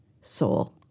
soul